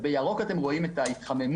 בירוק אתם רואים את ההתחממות,